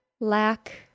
lack